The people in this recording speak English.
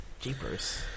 Jeepers